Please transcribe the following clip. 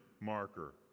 marker